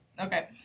Okay